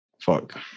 fuck